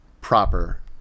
proper